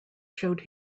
showed